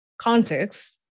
context